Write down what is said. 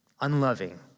unloving